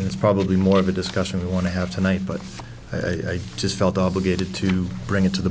it's probably more of a discussion you want to have tonight but i just felt obligated to bring it to the